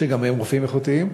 שגם הם רופאים איכותיים,